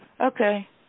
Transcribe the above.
Okay